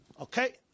Okay